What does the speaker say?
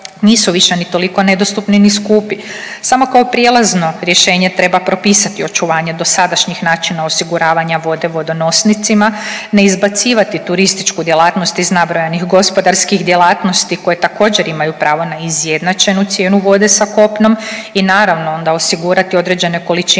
nisu više ni toliko nedostupni ni skupi. Samo kao prijelazno rješenje treba propisati očuvanje dosadašnjih načina osiguravanja vode vodonosnicima, ne izbacivati turističku djelatnost iz nabrojanih gospodarskih djelatnosti koje također imaju pravo na izjednačenu cijenu vode sa kopnom i naravno onda osigurati određene količine